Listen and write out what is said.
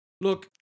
Look